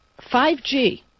5G